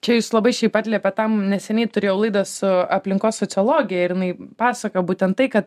čia jūs labai šiaip atliepia tam neseniai turėjau laidą su aplinkos sociologija ir jinai pasakojo būtent tai kad